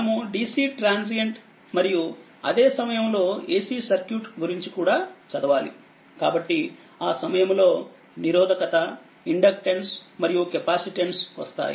మనము DC transient మరియు అదే సమయంలో AC సర్క్యూట్ గురించి కూడా చూడాలి కాబట్టి ఆ సమయంలో నిరోధకత ఇండక్టెన్స్ మరియు కెపాసిటన్స్ వస్తాయి